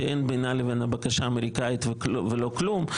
שאין בינה לבין הבקשה האמריקנית ולא כלום.